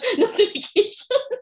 notification